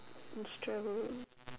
instrument